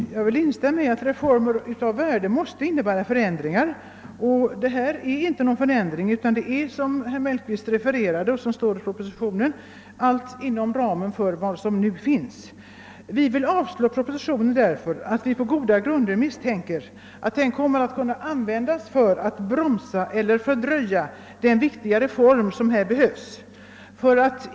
Herr talman! Jag vill instämma i konstaterandet att reformer av värde måste innebära förändringar. Vad som nu föreslås innebär emellertid inte någon förändring utan ligger, såsom herr Mellqvist påpekade och såsom anges i pro positionen, inom ramen för nu gällande bestämmelser. Vi vill för vår del avslå propositionen därför att vi på goda grunder misstänker att den kommer att användas för att hindra eller fördröja den viktiga reform som behövs.